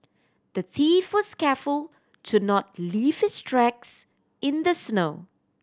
the thief was careful to not leave his tracks in the snow